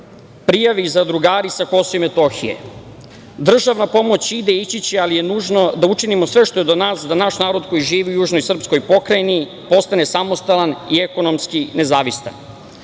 prijavi ih zadrugari sa KiM.Državna pomoć ide, ići će, ali je nužno da učinimo sve što je do nas, da naš narod koji živi u južnoj srpskoj pokrajini postane samostalan i ekonomski nezavistan. Dobar